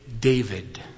David